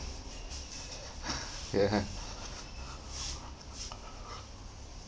ya